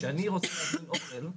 כשאני רוצה להזמין אוכל,